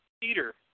Peter